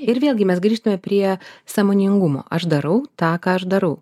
ir vėlgi mes grįžtame prie sąmoningumo aš darau tą ką aš darau